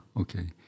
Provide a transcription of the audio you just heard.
okay